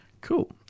Cool